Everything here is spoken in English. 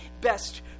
best